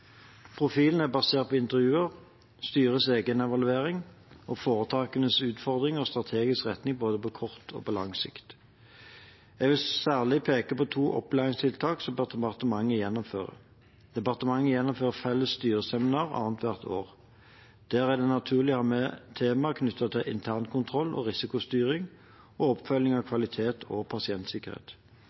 Profilen er basert på intervjuer, styrets egen evaluering, foretakenes utfordringer og strategisk retning både på kort og på lang sikt. Jeg vil særlig peke på to opplæringstiltak som departementet gjennomfører. Departementet gjennomfører felles styreseminar annethvert år. Der er det naturlig å ha med temaer knyttet til internkontroll og risikostyring og oppfølging av kvalitet og pasientsikkerhet.